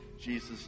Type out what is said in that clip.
Jesus